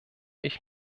ich